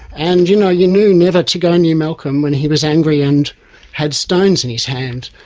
and, you know, you knew never to go near malcolm when he was angry and had stones in his hand.